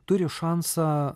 turi šansą